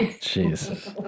Jesus